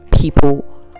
people